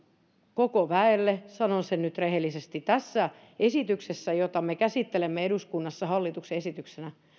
koko väelle sanon sen nyt rehellisesti tässä esityksessä jota me käsittelemme eduskunnassa hallituksen esityksenä